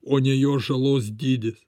o ne jo žalos dydis